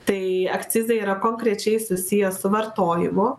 tai akcizai yra konkrečiai susiję su vartojimu